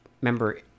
remember